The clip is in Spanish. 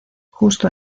justo